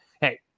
Hey